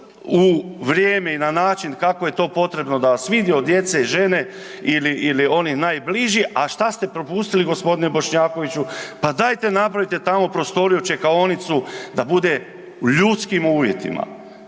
u vrijeme i na način kako je to potrebno da vas vidi, od djece, žene ili onih najbližih, a što ste propustili, g. Bošnjakoviću? Pa dajte napravite tamo prostoriju, čekaonicu, da bude u ljudskim uvjetima.